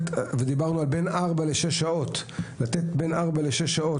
ולתת 4-6 שעות,